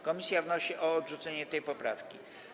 Komisja wnosi o odrzucenie tej poprawki.